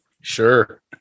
Sure